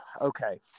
Okay